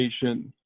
patient